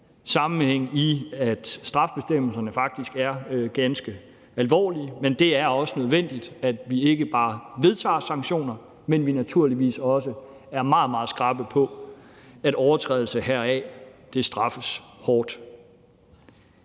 sammenhæng i, at strafbestemmelserne faktisk er ganske alvorlige, men det er også nødvendigt, at vi ikke bare vedtager sanktioner, men at vi naturligvis også er meget, meget skrappe på, at overtrædelse heraf straffes hårdt.